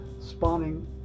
spawning